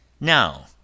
Now